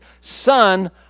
son